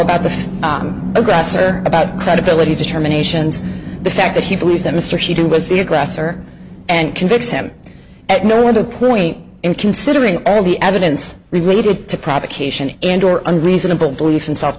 about the aggressor about credibility determinations the fact that he believes that mr she was the aggressor and convict him at no other point in considering all the evidence related to provocation and or under reasonable belief in self